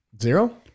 Zero